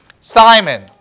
Simon